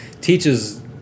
teaches